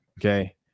Okay